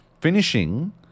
finishing